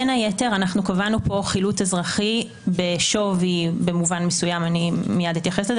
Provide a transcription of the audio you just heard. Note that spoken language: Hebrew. בין היתר קבענו פה חילוט אזרחי בשווי במובן מסוים כשמדובר